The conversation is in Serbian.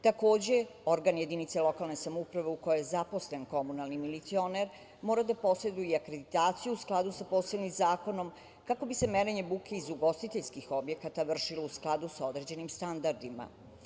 Takođe, organ jedinice lokalne samouprave u kojoj je zaposlen komunalni milicioner mora da poseduje akreditaciju u skladu sa posebnim zakonom kako bi se merenje buke iz ugostiteljskih objekata vršilo u skladu sa određenim standardima.